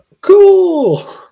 cool